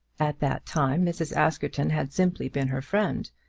at that time mrs. askerton had simply been her friend.